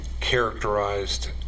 characterized